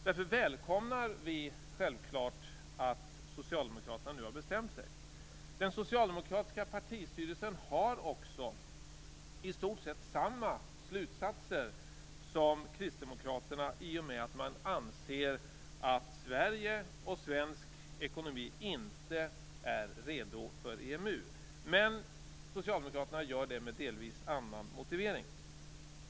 Därför välkomnar vi självklart att Socialdemokraterna nu har bestämt sig. Den socialdemokratiska partistyrelsen drar i stort sett samma slutsatser som vi kristdemokrater i och med att man anser att Sverige och svensk ekonomi inte är redo för EMU. Men Socialdemokraterna anser det med en delvis annan motivering.